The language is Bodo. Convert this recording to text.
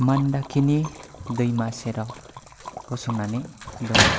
मान्दाकिनि दैमा सेराव गसंनानै दङ